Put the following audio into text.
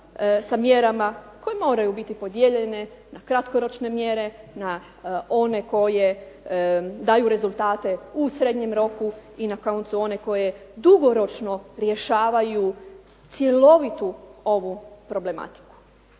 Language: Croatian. sa mjerama koje moraju biti podijeljene na kratkoročne mjere na one koje daju rezultate u srednjem roku i na koncu one koje dugoročno rješavaju cjelovitu ovu problematiku.